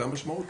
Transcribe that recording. זאת המשמעות?